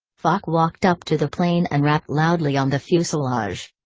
fache walked up to the plane and rapped loudly on the fuselage.